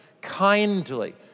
kindly